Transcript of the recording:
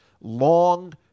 long